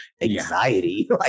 anxiety